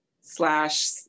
slash